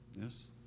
Yes